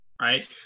right